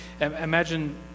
imagine